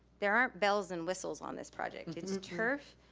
there aren't bells and whistles on this project. it's turf,